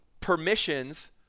Permissions